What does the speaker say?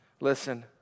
Listen